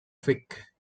vic